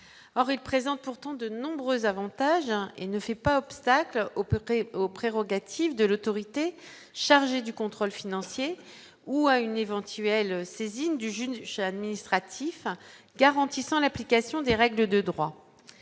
aurait présente pourtant de nombreux avantages, il ne fait pas obstacle aux peuple et aux prérogatives de l'autorité chargée du contrôle financier ou à une éventuelle saisine du je ne administratif garantissant l'application des règles de droit,